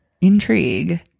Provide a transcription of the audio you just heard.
Intrigue